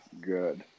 good